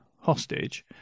hostage